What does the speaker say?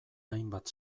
hainbat